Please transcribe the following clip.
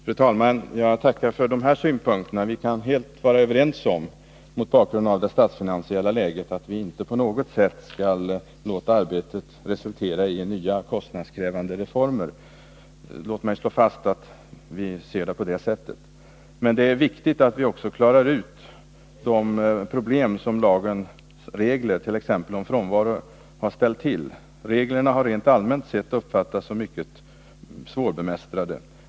Fru talman! Jag tackar för dessa synpunkter. Vi kan mot bakgrunden av det statsfinansiella läget vara helt överens om att vi inte på något sätt skall låta arbetet resultera i nya kostnadskrävande reformer. Låt mig slå fast att vi ser det på detta sätt. Men det är viktigt att vi också klarar ut de problem som lagens regler, t.ex. om frånvaro, har ställt till med. Reglerna har rent allmänt sett uppfattats som mycket svårbemästrade.